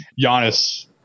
Giannis